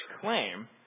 claim